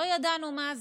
לא ידענו מה זה.